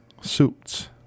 suits